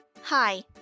Hi